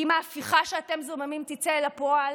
אם ההפיכה שאתם זוממים תצא אל הפועל